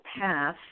path